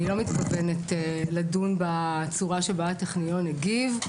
אני לא מתכוונת לדון בצורה שבה הטכניון הגיב.